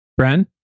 Bren